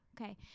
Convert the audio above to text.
Okay